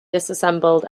disassembled